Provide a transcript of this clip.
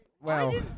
wow